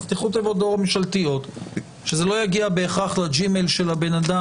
תפתחו תיבות דואר ממשלתיות שזה לא יגיע בהכרח לג'ימייל של הבן-אדם